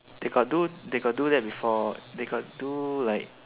they got do they got do that before they got do like